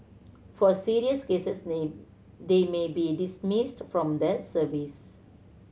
for serious cases they may be dismissed from the service